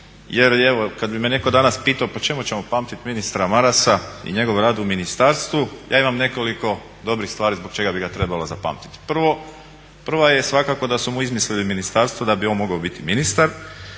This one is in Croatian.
Jer evo kad bi me neko danas pitao po čemu ćemo pamtiti ministra Marasa i njegov rad u ministarstvu ja imam nekoliko dobrih stvari zbog čega bi ga trebalo zapamtiti. Prva je svakako da su mi izmislili ministarstvo da bi on mogao biti ministar.